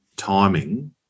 timing